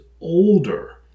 older